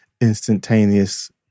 instantaneous